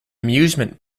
amusement